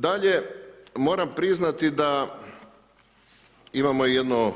Dalje, moram priznati da imamo i jedno